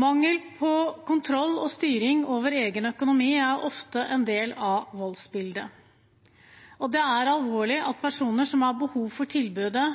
Mangel på kontroll og styring over egen økonomi er ofte en del av voldsbildet. Det er alvorlig at personer som har behov for tilbudet,